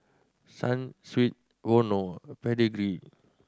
Sunsweet Vono Pedigree